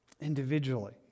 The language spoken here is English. individually